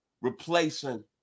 replacing